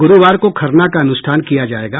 गुरूवार को खरना का अनुष्ठान किया जायेगा